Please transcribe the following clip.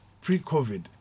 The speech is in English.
pre-COVID